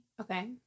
Okay